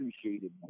appreciated